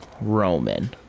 Roman